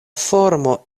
formo